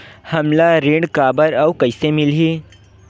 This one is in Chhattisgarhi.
हमला ऋण काबर अउ कइसे मिलही?